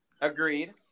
Agreed